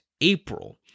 April